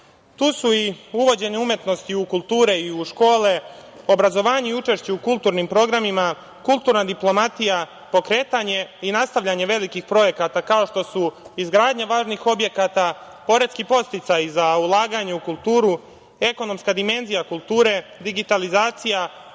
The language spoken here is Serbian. su i uvođenje umetnosti u kulture i u škole, obrazovanje i učešće u kulturnim programima, kulturna diplomatija, pokretanje i nastavljanje velikih projekata kao što su izgradnja važnih objekata, poreski podsticaji za ulaganje u kulturu, ekonomska dimenzija kulture, digitalizacija,